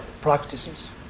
practices